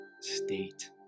state